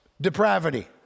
depravity